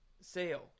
sale